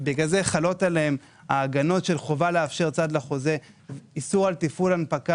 ובשל כך חלות עליהם הגנות של חובה לאפשר צד לחוזה איסור על תפעול הנפקה